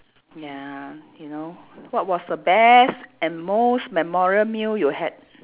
ya you know what was the best and most memorial meal you had